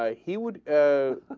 ah he would ah.